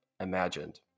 imagined